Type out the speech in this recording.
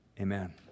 Amen